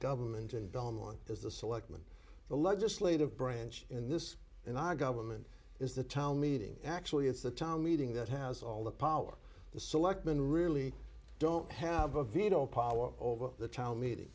government and don't is the selectmen the legislative branch in this in our government is the town meeting actually it's the town meeting that has all the power the selectmen really don't have a veto power over the town meeting